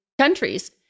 countries